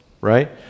right